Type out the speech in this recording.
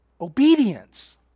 obedience